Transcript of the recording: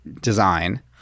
design